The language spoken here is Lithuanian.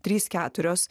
trys keturios